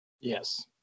yes